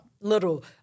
little